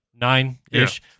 Nine-ish